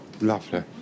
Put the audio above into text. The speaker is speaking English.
lovely